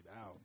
out